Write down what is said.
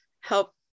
help